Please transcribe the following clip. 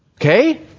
okay